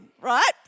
right